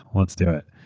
let's do it.